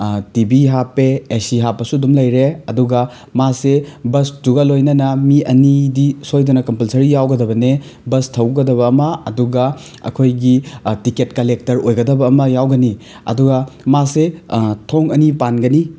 TV ꯍꯥꯞꯄꯦ AC ꯍꯥꯞꯄꯁꯨ ꯑꯗꯨꯝ ꯂꯩꯔꯦ ꯑꯗꯨꯒ ꯃꯥꯁꯤ ꯕꯁꯇꯨꯒ ꯂꯣꯏꯅꯅ ꯃꯤ ꯑꯅꯤꯗꯤ ꯁꯣꯏꯗꯅ ꯀꯝꯄꯜꯁꯔꯤ ꯌꯥꯎꯒꯗꯕꯅꯦ ꯕꯁ ꯊꯧꯒꯗꯕ ꯑꯃ ꯑꯗꯨꯒ ꯑꯩꯈꯣꯏꯒꯤ ꯇꯤꯛꯀꯦꯠ ꯀꯂꯦꯛꯇꯔ ꯑꯣꯏꯒꯗꯕ ꯑꯃ ꯌꯥꯎꯒꯅꯤ ꯑꯗꯨꯒ ꯃꯥꯁꯦ ꯊꯣꯡ ꯑꯅꯤ ꯄꯥꯟꯒꯅꯤ